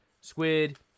Squid